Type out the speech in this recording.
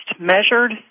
measured